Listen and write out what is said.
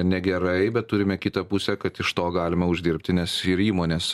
negerai bet turime kitą pusę kad iš to galima uždirbti nes ir įmonės